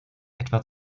etwa